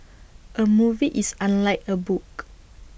A movie is unlike A book